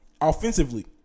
offensively